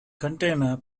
container